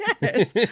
Yes